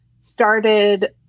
started